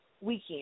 weekend